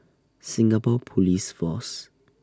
Singapore Police Force